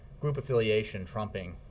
group affiliation trumping